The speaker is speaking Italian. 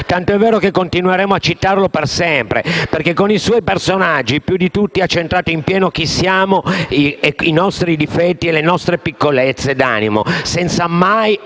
Tanto è vero che continueremo a citarlo per sempre, perché con i suoi personaggi, più di tutti ha centrato in pieno chi siamo, con i nostri difetti e le nostre piccolezze d'animo, senza mai